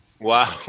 Wow